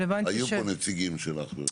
היו פה נציגים שלך.